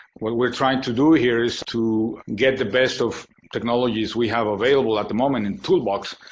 what we're trying to do here is to get the best of technologies we have available at the moment in toolbox,